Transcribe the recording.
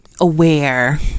aware